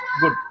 Good